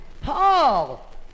Paul